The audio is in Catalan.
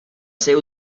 ser